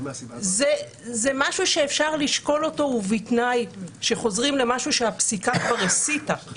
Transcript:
זה משהו שאפשר לשקול ובתנאי שחוזרים למשהו שהפסיקה כבר הסיטה,